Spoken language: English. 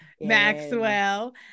Maxwell